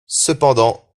cependant